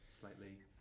slightly